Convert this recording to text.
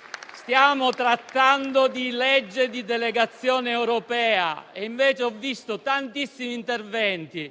Stiamo trattando di legge di delegazione europea e invece ho visto tantissimi interventi